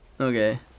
okay